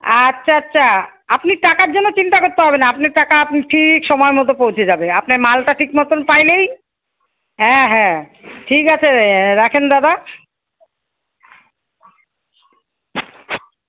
আচ্ছা আচ্ছা আপনি টাকার জন্য চিন্তা করতে হবে না আপনার টাকা আপনি ঠিক সময় মতো পৌঁছে যাবে আপনার মালটা ঠিক মতো পাইলেই হ্যাঁ হ্যাঁ ঠিক আছে রাখেন দাদা